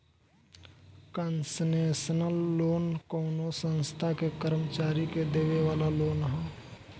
concessional loan कवनो संस्था के कर्मचारी के देवे वाला लोन ह